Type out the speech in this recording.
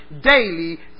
daily